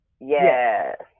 Yes